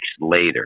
later